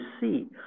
see